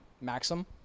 Maxim